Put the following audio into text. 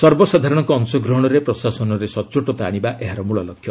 ସର୍ବସାଧାରଣଙ୍କ ଅଂଶଗ୍ରହଣରେ ପ୍ରଶାସନରେ ସଟ୍ଟୋଟତା ଆଶିବା ଏହାର ମୃଳଲକ୍ଷ୍ୟ